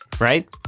Right